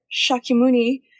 Shakyamuni